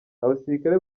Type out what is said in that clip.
abasirikare